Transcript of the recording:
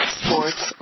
sports